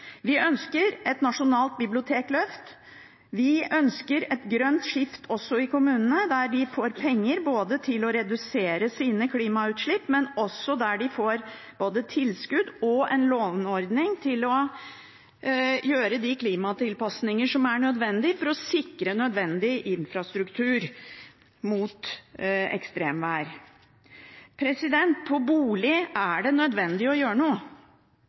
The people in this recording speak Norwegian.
Vi ønsker et nasjonalt bibliotekløft. Vi ønsker et grønt skifte også i kommunene, slik at de får penger til å redusere sine klimautslipp, og også at de får både tilskudd og midler fra en låneordning til å gjøre de klimatilpasninger som er nødvendig for å sikre infrastruktur mot ekstremvær. Når det gjelder bolig, er det nødvendig å gjøre noe.